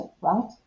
right